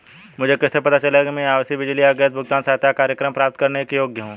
मुझे कैसे पता चलेगा कि मैं आवासीय बिजली या गैस भुगतान सहायता कार्यक्रम प्राप्त करने के योग्य हूँ?